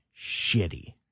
shitty